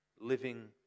Living